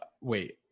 wait